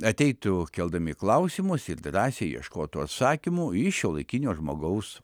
ateitų keldami klausimus ir drąsiai ieškotų atsakymų į šiuolaikinio žmogaus